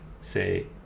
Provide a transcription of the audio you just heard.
say